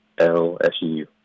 LSU